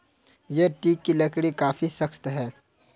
यह टीक की लकड़ी काफी सख्त है